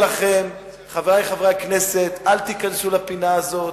חברי חברי הכנסת, אל תיכנסו לפינה הזאת.